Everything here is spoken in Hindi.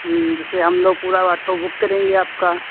हूँ जैसे हम लोग पूरा ऑटो बुक करेंगे आपका